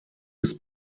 des